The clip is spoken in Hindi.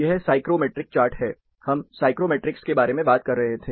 यह साइक्रोमेट्रिक चार्ट है हम साइक्रोमेट्रिक्स के बारे में बात कर रहे थे